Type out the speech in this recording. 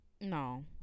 No